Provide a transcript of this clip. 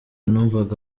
numvaga